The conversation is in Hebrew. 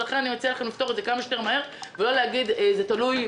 לכן אני מציעה לכם לפתור את זה כמה שיותר מהר ולא להגיד שזה תלוי,